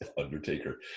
Undertaker